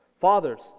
Fathers